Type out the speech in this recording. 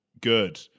Good